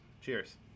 Cheers